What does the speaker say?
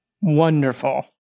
wonderful